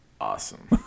Awesome